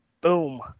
boom